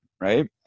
right